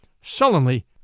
Sullenly